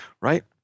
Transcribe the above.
right